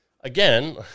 again